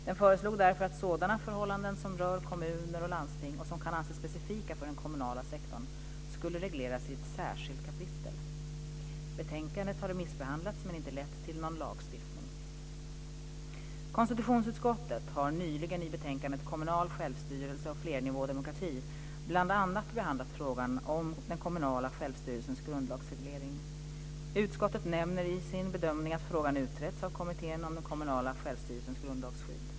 Den föreslog därför att sådana förhållanden som rör kommunerna och landstingen och som kan anses specifika för den kommunala sektorn skulle regleras i ett särskilt kapitel. Betänkandet har remissbehandlats men inte lett till någon lagstiftning. Konstitutionsutskottet har nyligen i betänkandet behandlat frågan om den kommunala självstyrelsens grundlagsreglering . Utskottet nämner i sin bedömning att frågan utretts av Kommittén om den kommunala självstyrelsens grundlagsskydd.